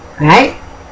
Right